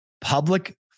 public